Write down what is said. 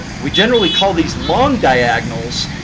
we generally call these long diagonals.